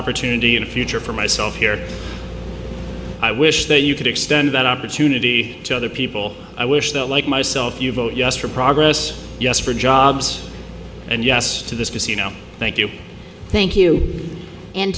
opportunity and a future for myself here i wish that you could extend that opportunity to other people i wish that like myself you vote yes for progress yes for jobs and yes to this casino thank you thank you an